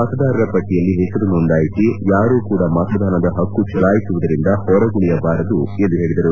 ಮತದಾರರ ಪಟ್ಟಯಲ್ಲಿ ಹೆಸರು ನೋಂದಾಯಿಸಿ ಯಾರೂ ಕೂಡ ಮತದಾನದ ಹಕ್ಕು ಚಲಾಯಿಸುವುದರಿಂದ ಹೊರಗುಳಿಯಬಾರದು ಎಂದು ಹೇಳಿದರು